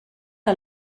que